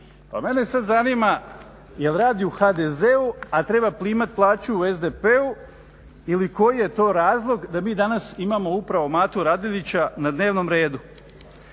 Pa mene sad zanima jel' radi u HDZ-u, a treba primat plaću u SDP-u ili koji je to razlog da mi danas imamo upravo Matu Radelića na dnevnom redu.